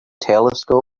telescope